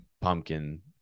pumpkin